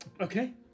Okay